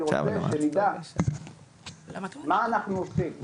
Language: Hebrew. אני רוצה שנדע מה אנחנו עושים,